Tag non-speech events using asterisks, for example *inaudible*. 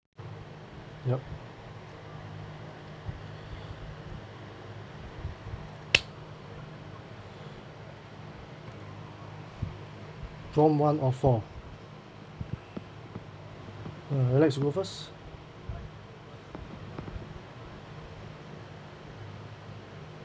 yup *breath* *breath* prompt one of four uh let's roll first